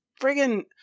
Friggin